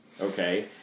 Okay